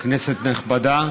כנסת נכבדה,